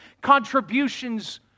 Contributions